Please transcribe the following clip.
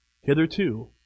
Hitherto